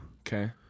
Okay